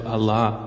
Allah